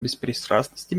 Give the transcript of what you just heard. беспристрастности